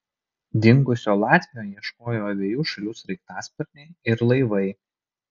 dingusio latvio ieškojo abiejų šalių sraigtasparniai ir laivai